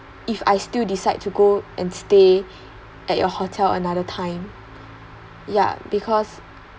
if I still decide to go and stay at your hotel another time yeah because